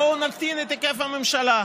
בואו נקטין את היקף הממשלה.